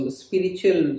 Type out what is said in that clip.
spiritual